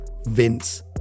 vince